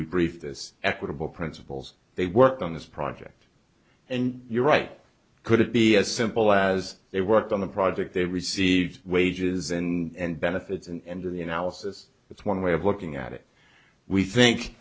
we brief this equitable principles they work on this project and you're right could it be as simple as they worked on the project they received wages and benefits and do the analysis it's one way of looking at it we think